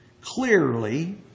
Clearly